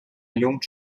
llum